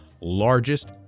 largest